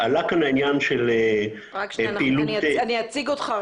רק שנייה, אני אציג אותך.